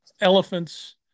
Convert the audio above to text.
elephants